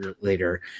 later